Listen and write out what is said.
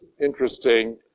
interesting